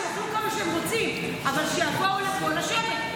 תראי כמה חבר'ה מהאופוזיציה אוכלים בחוץ מהאוכל של חיים כהן.